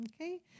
Okay